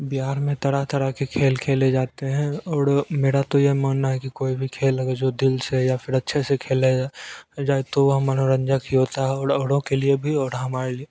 बिहार में तरह तरह के खेल खेले जाते हैं औड़ मेरा तो यह मानना है कि कोई भी खेल अगर जो दिल से या फिर अच्छे से खेला जाय जाय तो वह मनोरंजक ही होता है और औरों के लिए भी और हमारे लिए